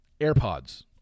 AirPods